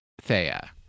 Thea